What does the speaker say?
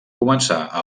començar